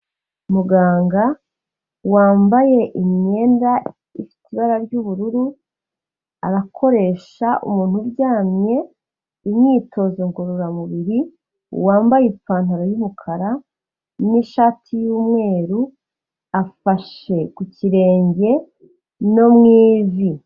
Muganga wambaye imyenda ifite ibara ry'ubururu, arakoresha umuntu uryamye imyitozo ngororamubiri, wambaye ipantaro y'umukara n'ishati y'umweru, afashe ku kirenge no mu ivi.